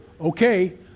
okay